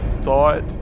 thought